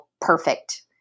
perfect